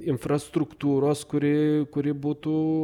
infrastruktūros kuri kuri būtų